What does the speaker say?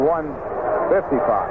155